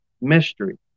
mystery